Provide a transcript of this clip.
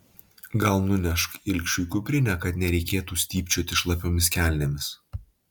gal nunešk ilgšiui kuprinę kad nereikėtų stypčioti šlapiomis kelnėmis